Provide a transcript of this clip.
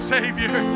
Savior